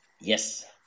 Yes